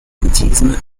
bouddhisme